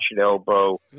elbow